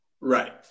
Right